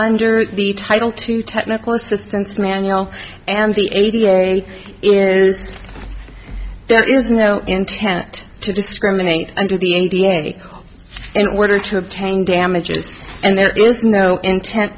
under the title to technical assistance manual and the a d a s is there is no intent to discriminate under the a b a in order to obtain damages and there is no intent